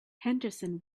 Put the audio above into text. henderson